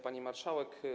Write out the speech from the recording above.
Pani Marszałek!